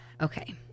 Okay